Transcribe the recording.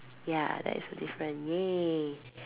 ya that is a different !yay!